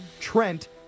trent